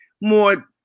more